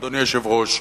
אדוני היושב-ראש,